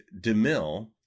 DeMille